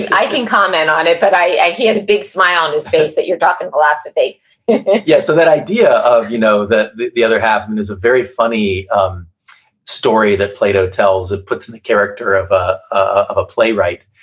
i can comment on it, but he has a big smile on his face, that your talking philosophy yeah so that idea of, you know, that the the other half, and is a very funny um story that plato tells. it puts in the character of ah of a playwright,